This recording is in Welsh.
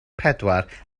pedwar